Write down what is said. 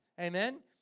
Amen